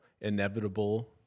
inevitable